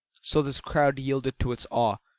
so this crowd yielded to its awe,